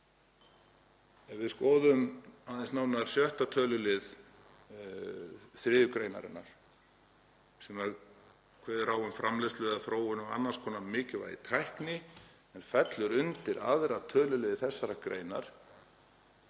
Ef við skoðum aðeins nánar 6. tölulið 3. gr., þar sem kveðið er á um framleiðslu eða þróun á annars konar mikilvægri tækni en fellur undir aðra töluliði þessarar greinar,